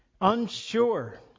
unsure